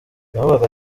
yavugaga